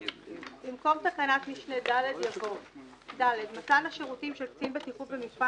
במקום תקנת משנה (ד) יבוא: "(ד) מתן השירותים של קצין בטיחות במפעל